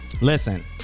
Listen